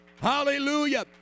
Hallelujah